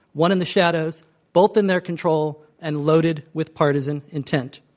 one in the shadows both in their control and loaded with partisan intent.